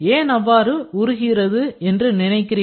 ஏன் எவ்வாறு உருகுகிறது என்று நினைக்கிறீர்கள்